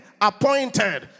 Appointed